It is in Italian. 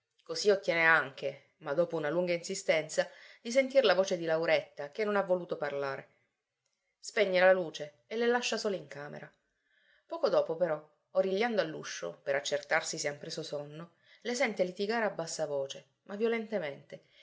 così ottiene anche ma dopo una lunga insistenza di sentir la voce di lauretta che non ha voluto parlare spegne la luce e le lascia sole in camera poco dopo però origliando all'uscio per accertarsi se han preso sonno le sente litigare a bassa voce ma violentemente